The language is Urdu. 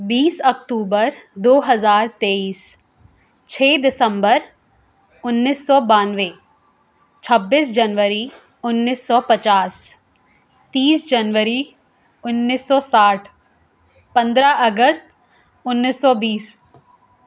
بیس اکتوبر دو ہزار تیئیس چھ دسمبر انیس سو بانوے چھبیس جنوری انیس سو پچاس تیس جنوری انیس سو ساٹھ پندرہ اگست انیس سو بیس